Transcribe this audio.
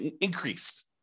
increased